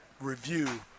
review